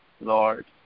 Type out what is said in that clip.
Lord